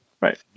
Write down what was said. Right